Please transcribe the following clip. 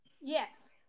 Yes